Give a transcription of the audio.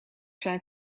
zijn